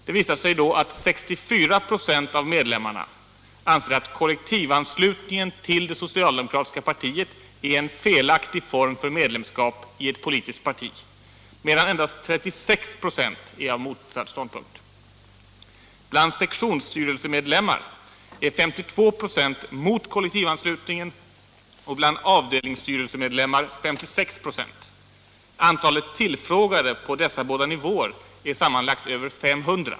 Det visar sig då att 64 ?5 av medlemmarna anser att kollektivanslutningen till det socialdemokratiska partiet är en felaktig form för medlemskap i ett politiskt parti, medan endast 36 "6 är av motsatt åsikt. Bland sektionsstyrelsemedlemmar är 52 26 mot kollektivanslutningen och bland avdelningsstyrelsemedlemmar 56 ?6. Antalet tillfrågade på dessa båda nivåer är sammanlagt över 500.